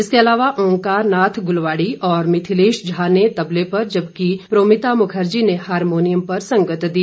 इसके अलावा ओमकार नाथ गुलवाड़ी और मिथिलेश झा ने तबले पर जबकि परोमिता मुखर्जी ने हारमोनियम पर संगत दी